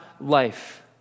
life